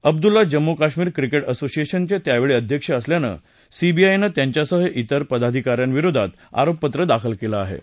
Abdullah Jammu Kashmir cricket असोसिएशनचे त्यावेळी अध्यक्ष असल्यानं सीबीआयनं त्यांच्यासह त्वेर पदाधिका यांविरोधात आरोपपत्र दाखल केलं होतं